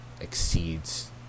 exceeds